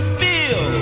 feel